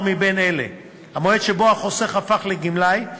מבין אלה: המועד שבו החוסך הפך לגמלאי,